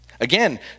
Again